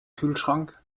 kühlschrank